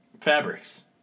fabrics